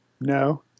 No